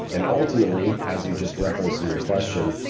and ultimately, as you just referenced in your question,